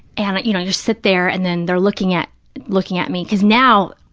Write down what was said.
and, you know, you sit there and then they're looking at looking at me, because now,